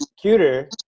cuter